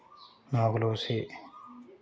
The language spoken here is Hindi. मुगलों से